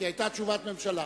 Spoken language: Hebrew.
כי היתה תשובת ממשלה.